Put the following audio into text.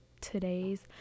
today's